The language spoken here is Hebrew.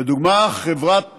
לדוגמה, חברת